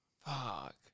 fuck